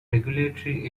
regulatory